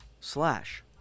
slash